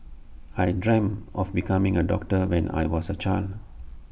I dreamt of becoming A doctor when I was A child